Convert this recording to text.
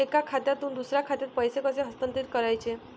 एका खात्यातून दुसऱ्या खात्यात पैसे कसे हस्तांतरित करायचे